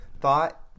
Thought